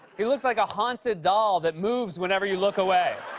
he looks like a haunted doll that moves whenever you look away.